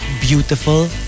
beautiful